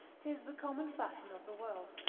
tis the common fashion of the world.